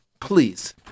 Please